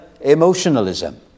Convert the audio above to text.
emotionalism